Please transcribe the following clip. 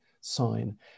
sign